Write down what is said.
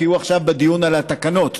כי הוא עכשיו בדיון על התקנות,